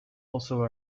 also